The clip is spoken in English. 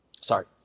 sorry